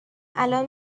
الان